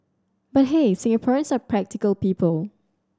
but hey Singaporeans are practical people